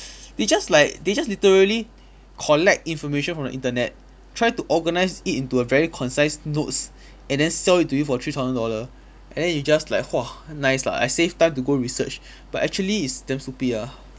they just like they just literally collect information from the internet try to organise it into a very concise notes and then sell it to you for three thousand dollar and then it's just like !whoa! nice lah I save time to go research but actually it's damn stupid ah